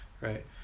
Right